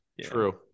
True